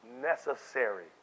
necessary